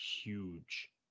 huge